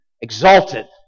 exalted